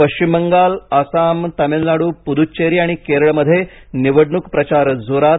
पश्चिम बंगालआसामतामिळनाडूपुददूचेरी आणि केरळमध्ये निवडणूक प्रचार जोरात